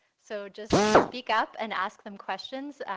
so just speak up and ask them questions.